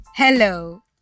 Hello